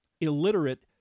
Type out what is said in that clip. Illiterate